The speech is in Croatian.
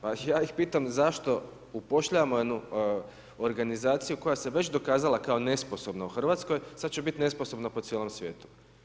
Pa ja ih pitam zašto upošljavamo jednu organizaciju koja se već dokazala kao nesposobna u Hrvatskoj, sada će biti nesposobna po cijelom svijetu.